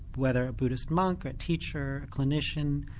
whether a buddhist monk or a teacher, clinician,